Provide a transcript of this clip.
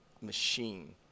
machine